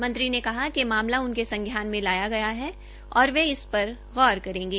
मंत्री ने कहा कि मामला उनके संज्ञान में लगाया गया है और वह इस पर गौर करेंगे